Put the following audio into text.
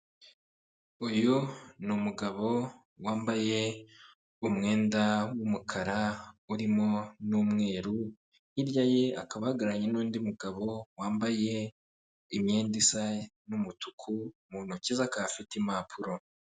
Uyu ni umugabo wambaye umwenda w'umukara urimo n'umweru, hirya ye akaba ahagararanye n'undi mugabo wambaye imyenda isa n'umutuku, mu ntoki ze akaba afite impapuro.